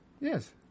Yes